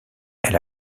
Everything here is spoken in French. elle